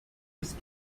ist